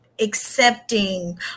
accepting